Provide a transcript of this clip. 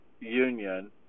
union